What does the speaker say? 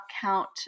count